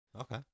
Okay